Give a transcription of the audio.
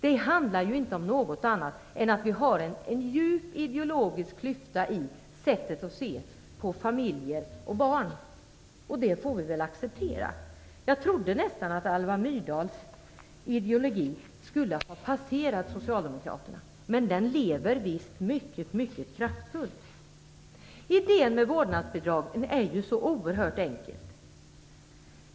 Det handlar inte om något annat än att det finns en djup ideologisk klyfta i sättet att se på familjer och barn, och det får vi väl acceptera. Jag trodde nästan att Alva Myrdals ideologi skulle ha passerat Socialdemokraterna, men den lever visst och är mycket kraftfull. Idén med vårdnadsbidraget är enkel.